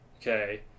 okay